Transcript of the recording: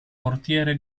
portiere